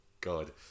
God